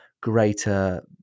greater